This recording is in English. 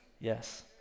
Yes